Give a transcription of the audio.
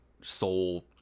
soul